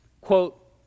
quote